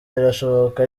birashoboka